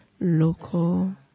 local